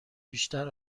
بیشتر